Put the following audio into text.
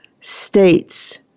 states